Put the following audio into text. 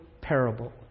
parable